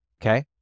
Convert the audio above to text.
Okay